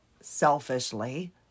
selfishly